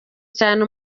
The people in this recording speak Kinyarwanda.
cyane